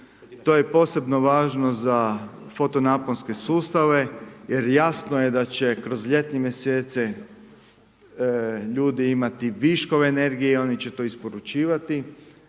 To je posebno važno za fotonaponske sustave, jer jasno je da će kroz ljetne mjesece ljudi imati viškove energije i oni će to isporučivati.